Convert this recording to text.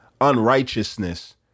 unrighteousness